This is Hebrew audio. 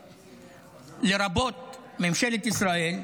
לרבות ממשלת ישראל,